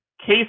case